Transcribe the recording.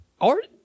Art